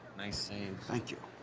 nice save. thank you.